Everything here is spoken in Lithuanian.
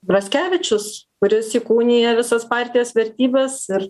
braskevičius kuris įkūnija visas partijos vertybes ir